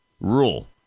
rule